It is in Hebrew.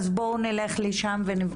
אז בואו נלך לשם ישר.